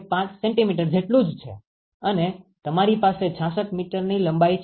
5 centimetre જેટલું છે અને તમારી પાસે 66 મીટરની લંબાઈ છે